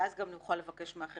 ואז גם נוכל לבקש מאחרים.